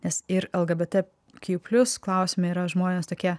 nes ir lg kju plius klausime yra žmonės tokie